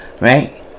right